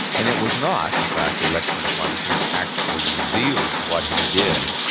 and it was not the fact, the electronic monitoring actually revealed what he did.